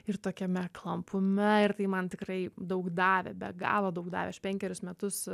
ir tokiame klampume ir tai man tikrai daug davė be galo daug davė aš penkerius metus